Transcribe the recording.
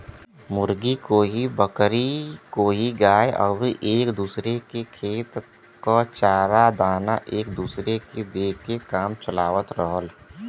मुर्गी, कोई बकरी कोई गाय आउर एक दूसर के खेत क चारा दाना एक दूसर के दे के काम चलावत रहल